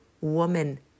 woman